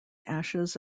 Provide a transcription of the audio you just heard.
ashes